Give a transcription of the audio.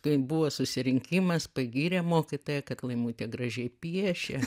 kai buvo susirinkimas pagyrė mokytoja kad laimutė gražiai piešia